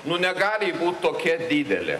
nu negali ji būt tokia didelė